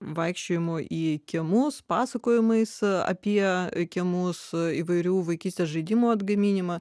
vaikščiojimo į kiemus pasakojimais apie reikiamus įvairių vaikystės žaidimų atgaminimą